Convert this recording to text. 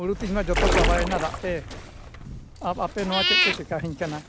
ᱦᱩᱲᱩ ᱛᱤᱧᱢᱟ ᱡᱚᱛᱚ ᱪᱟᱵᱟᱭᱮᱱᱟ ᱫᱟᱜᱼᱛᱮ ᱟᱯᱮ ᱱᱚᱣᱟ ᱪᱮᱫ ᱯᱮ ᱪᱤᱠᱟᱹᱣᱟᱧ ᱠᱟᱱᱟ